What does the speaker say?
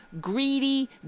greedy